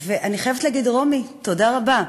ואני חייבת להגיד: רומי, תודה רבה.